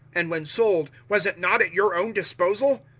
and when sold, was it not at your own disposal?